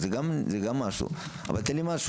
אבל תן לי משהו.